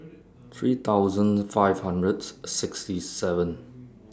three thousand five hundred sixty seven